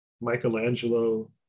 Michelangelo